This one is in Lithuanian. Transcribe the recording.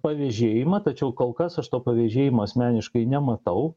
pavėžėjimą tačiau kol kas aš to pavėžėjimo asmeniškai nematau